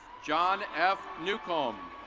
john f nucome.